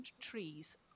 trees